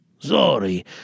Sorry